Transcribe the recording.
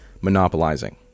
monopolizing